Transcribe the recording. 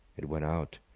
it went out.